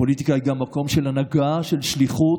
הפוליטיקה היא גם מקום של הנהגה, של שליחות,